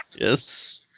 Yes